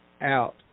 Out